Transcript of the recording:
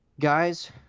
Guys